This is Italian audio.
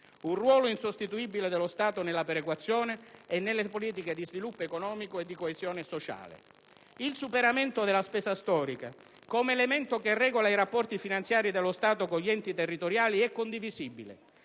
un ruolo insostituibile dello Stato nella perequazione e nelle politiche di sviluppo economico e di coesione sociale. Il superamento della spesa storica come elemento che regola i rapporti finanziari dello Stato con gli enti territoriali è condivisibile,